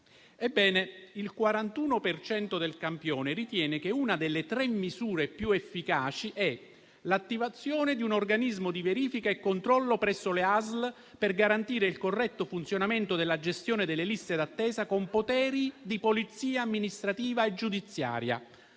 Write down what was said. Ebbene, il 41 per cento del campione ritiene che una delle tre misure più efficaci sia l'attivazione di un organismo di verifica e controllo presso le ASL per garantire il corretto funzionamento della gestione delle liste d'attesa con poteri di polizia amministrativa e giudiziaria.